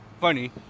Funny